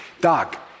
Doc